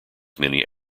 many